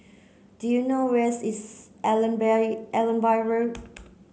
do you know where's is Allenby Road